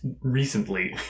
recently